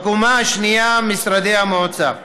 ובקומה השנייה, משרדי המועצה.